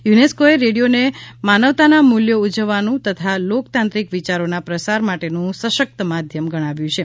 યુનેસ્કોએ રેડિયોને માનવતાના મુલ્યો ઉજવવાનું તથા લોકતાંત્રીક વિયારોના પ્રસાર માટેનું સશકત માધ્યમ ગણાવ્યું છે